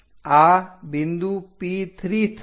આ બિંદુ P3 થશે